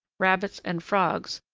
rabbits and frogs,